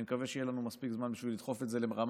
אני מקווה שיהיה לנו מספיק זמן בשביל לדחוף את זה לרמה,